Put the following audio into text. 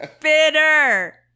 Bitter